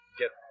get